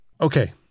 Okay